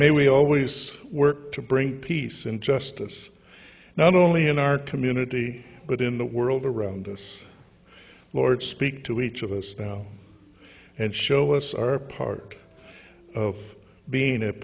may we always work to bring peace and justice not only in our community but in the world around us lord speak to each of us now and show us our part of being a